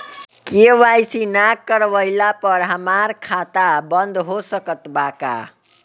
KYC ना करवाइला पर हमार खाता बंद हो सकत बा का?